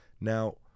Now